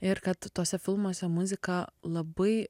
ir kad tuose filmuose muzika labai